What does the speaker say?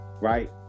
Right